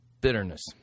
bitterness